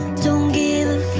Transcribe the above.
don't give